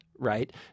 Right